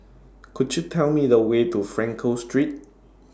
Could YOU Tell Me The Way to Frankel Street